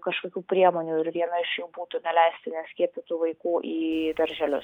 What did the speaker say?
kažkokių priemonių ir viena iš jų būtų neleisti neskiepytų vaikų į darželius